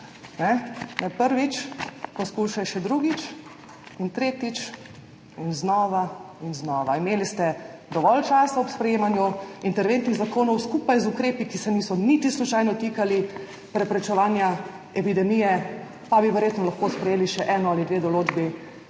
prvič, poskušaj še drugič in tretjič in znova in znova. Imeli ste dovolj časa ob sprejemanju interventnih zakonov skupaj z ukrepi, ki se niso niti slučajno tikali preprečevanja epidemije, pa bi verjetno lahko sprejeli še eno ali dve določbi